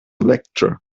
lecture